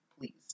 please